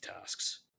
tasks